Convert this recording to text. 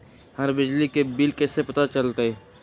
हमर बिजली के बिल कैसे पता चलतै?